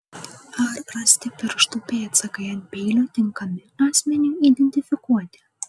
ar rasti pirštų pėdsakai ant peilio tinkami asmeniui identifikuoti